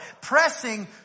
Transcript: pressing